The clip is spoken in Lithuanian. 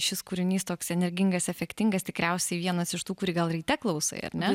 šis kūrinys toks energingas efektingas tikriausiai vienas iš tų kurį gal ryte klausai ar ne